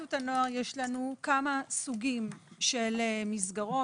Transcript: בחסות הנוער יש לנו כמה סוגים של מסגרות.